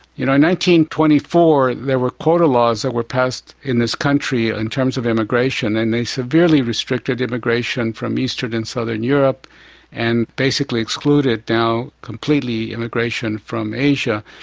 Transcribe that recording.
you know twenty four there were quota laws that were passed in this country in terms of immigration and they severely restricted immigration from eastern and southern europe and basically excluded now completely immigration from asia.